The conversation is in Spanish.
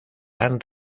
han